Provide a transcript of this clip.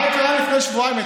מה קרה לפני שבועיים?